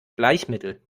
bleichmittel